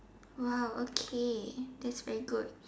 !wow! okay that's very good